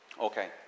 Okay